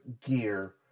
gear